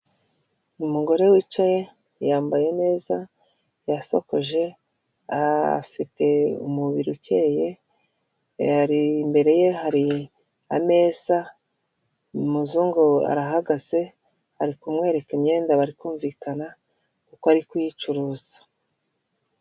Umugore wicaye yambaye neza yasokoje; afite umubiri ucyeye imbere ye hari ameza. Umuzungu arahagaze ari kumwereka imyenda, bari kumvikana kuko ari kuyicuruza.